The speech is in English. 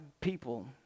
people